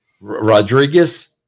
Rodriguez